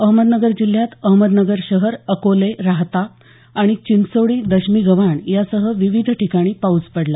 अहमदनगर जिल्ह्यात अहमदनगर शहर अकोले राहता आणि चिंचोडी दशमीगव्हान यासह विविध ठिकाणी पाऊस पडला